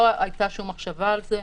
לא הייתה שום מחשבה על זה,